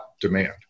demand